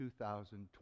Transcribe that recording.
2020